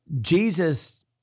Jesus